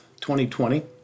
2020